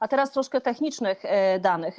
A teraz troszkę technicznych danych.